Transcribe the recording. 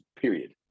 Period